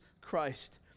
Christ